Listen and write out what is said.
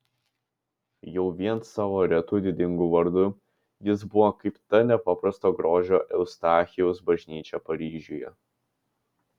jau vien savo retu didingu vardu jis buvo kaip ta nepaprasto grožio eustachijaus bažnyčia paryžiuje